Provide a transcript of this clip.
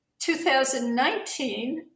2019